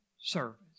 service